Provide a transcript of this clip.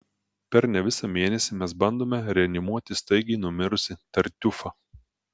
per ne visą mėnesį mes bandome reanimuoti staigiai numirusį tartiufą